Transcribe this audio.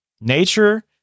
Nature